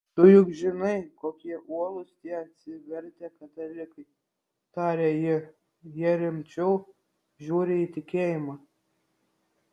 tu juk žinai kokie uolūs tie atsivertę katalikai tarė ji jie rimčiau žiūri į tikėjimą